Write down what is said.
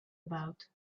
about